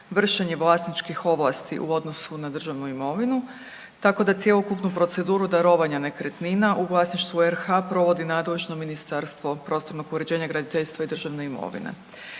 vršenje vlasničkih ovlasti u odnosu na državnu imovinu. Tako da cjelokupnu proceduru darovanja nekretnina u vlasništvu RH provodi nadležno Ministarstvo prostornog uređenja, graditeljstva i državne imovine.